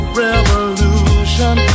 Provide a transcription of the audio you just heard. revolution